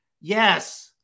yes